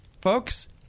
folks